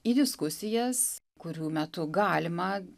į diskusijas kurių metu galima